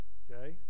okay